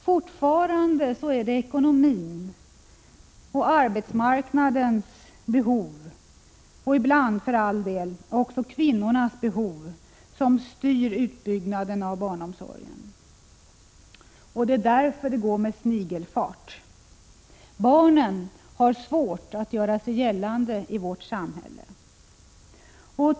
Fortfarande är det ekonomin och arbetsmarknadens behov och ibland, för all del, också kvinnornas behov som styr utbyggnaden av barnomsorgen. Därför går den med snigelfart. Barnen har svårt att göra sig gällande i vårt samhälle.